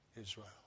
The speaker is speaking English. Israel